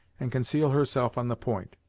and conceal herself on the point.